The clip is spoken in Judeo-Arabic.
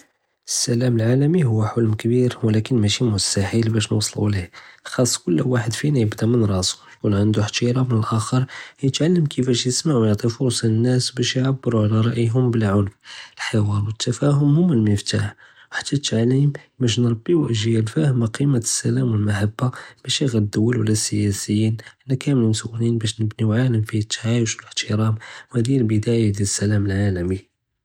אלסלאם אלעלמי הוא חלם כביר, ולקין משי מסתהיל נוסלו ליה, חאס קול ואחד פינה יבדה מנ ראסו יכון ענדו אהתרם לאח'ר, יתעלם כיפאש יסמע ויעטי פרסה לנאס באש יעברו על ראיהם בלא ענף, אלח'יוור ואלתפאهم הומא אלמפתח, חתי אלתעלים באש נרביו אג'יאל פאמה קימה אלסלאם ואלمحבה, משי גר אסיאסיין, חנא קמל מסאולין באש נבניו עלם פיה אלתעייש ואלאהתרם והדי היא אלבידאיה דיעל אלסלאם אלעלמי.س